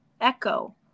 echo